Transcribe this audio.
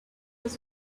was